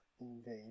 Indeed